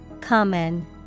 Common